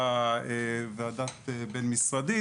ועדה בין-משרדית,